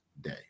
day